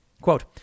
Quote